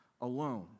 alone